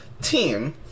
team